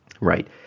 right